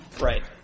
Right